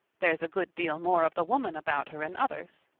there's a good deal more of the woman about her in others,